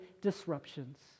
disruptions